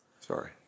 Sorry